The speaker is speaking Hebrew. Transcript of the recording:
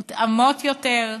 מותאמות יותר.